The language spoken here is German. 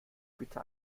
bitte